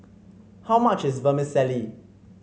how much is Vermicelli